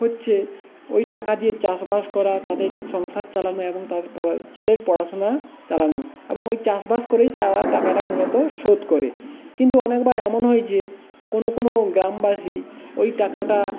হচ্ছে ওই টাকা দিয়ে চাষবাস করা তাদের সংসার চালানো এবং তার পড় ছেলের পড়াশুনা চালানো এবং ওই চাষবাস করেই তারা টাকাটা মূলত শোধ করে কিন্তু অনেকবার এমন হয়েছে কোনো কোনো গ্রামবাসী ওই টাকাটা